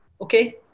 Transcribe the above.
Okay